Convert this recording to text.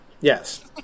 Yes